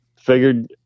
figured